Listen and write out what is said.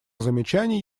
замечаний